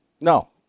No